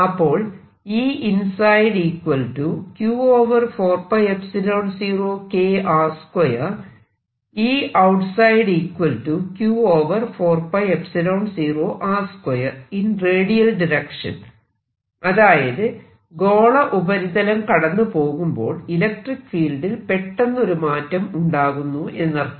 അപ്പോൾ അതായത് ഗോള ഉപരിതലം കടന്നു പോകുമ്പോൾ ഇലക്ട്രിക്ക് ഫീൽഡിൽ പെട്ടെന്ന് ഒരു മാറ്റം ഉണ്ടാകുന്നു എന്നർത്ഥം